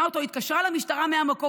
היא צילמה אותו והתקשרה למשטרה מהמקום